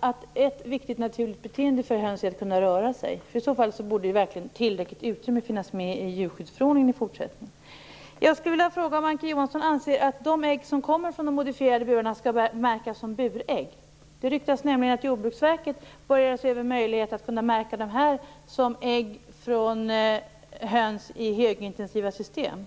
att ett viktigt naturligt beteende för höns är att kunna röra sig? I så fall borde verkligen en bestämmelse om tillräckligt utrymme finnas med i djurskyddsförordningen i fortsättningen. Jag skulle vilja fråga om Ann-Kristine Johansson anser att de ägg som kommer från höns i de modifierade burarna skall märkas som burägg. Det ryktas nämligen att Jordbruksverket börjar se över möjligheten att kunna märka dem som ägg från höns i högintensiva system.